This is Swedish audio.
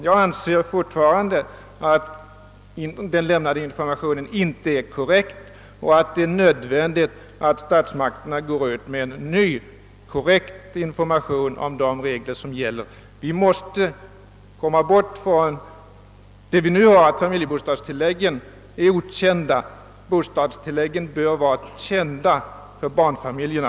Jag anser fortfarande att den lämnade informationen inte är korrekt och att det är nödvändigt att statsmakterna går ut med en ny, riktig information om de regler som gäller. Vi måste komma bort från den rådande ordningen att familjebostadsbidragen varit okända. Bostadstilläggen bör bli kända för barnfamiljerna.